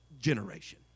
generation